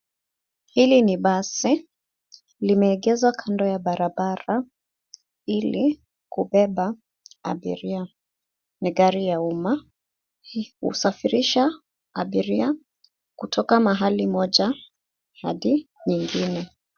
Hili ni basi limeegezwa kando ya barabara ili kubeba abiria. ni gari ya umma husafirisha abiria kutoka mahali moja hadi nyingine.